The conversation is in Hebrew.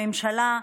הממשלה.